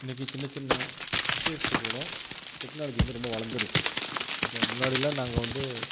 இன்றைக்கு சின்ன சின்ன விஷயத்துக்கு கூட டெக்னாலஜி வந்து ரொம்ப வளர்ந்துருச்சு இப்போ முன்னாடியெலாம் நாங்கள் வந்து